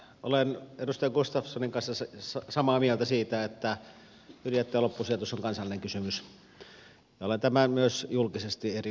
olen edustaja gustafssonin kanssa samaa mieltä siitä että ydinjätteen loppusijoitus on kansallinen kysymys ja olen tämän myös julkisesti eri yhteyksissä todennut